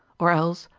or else,